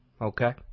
Okay